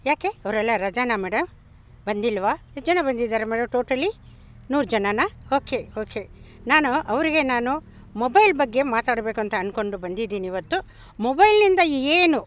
ಯಾಕೆ ಅವ್ರೆಲ್ಲ ರಜಾನ ಮೇಡಮ್ ಬಂದಿಲ್ವ ಎಷ್ಟು ಜನ ಬಂದಿದ್ದಾರೆ ಮೇಡಮ್ ಟೋಟಲಿ ನೂರು ಜನರಾ ಓಕೆ ಓಕೆ ನಾನು ಅವರಿಗೆ ನಾನು ಮೊಬೈಲ್ ಬಗ್ಗೆ ಮಾತಾಡಬೇಕಂತ ಅಂದ್ಕೊಂಡು ಬಂದಿದ್ದೀನಿ ಇವತ್ತು ಮೊಬೈಲ್ನಿಂದ ಏನು